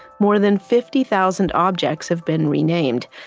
more than fifty thousand objects have been renamed.